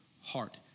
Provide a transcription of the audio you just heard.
heart